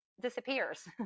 disappears